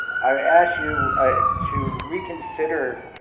i asked you to reconsider